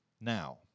now